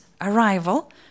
arrival